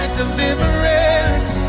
deliverance